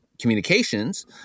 communications